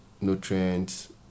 nutrients